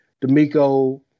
D'Amico